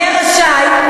יהיה רשאי,